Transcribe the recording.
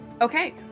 Okay